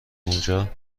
اونجا